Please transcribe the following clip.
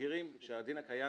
ומבהירים שהדין הקיים,